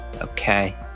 Okay